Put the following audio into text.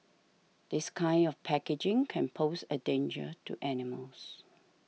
this kind of packaging can pose a danger to animals